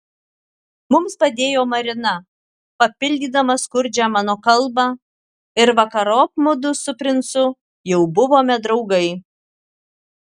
mums padėjo marina papildydama skurdžią mano kalbą ir vakarop mudu su princu jau buvome draugai